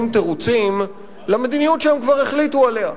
תירוצים למדיניות שהם כבר החליטו עליה.